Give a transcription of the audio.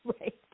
right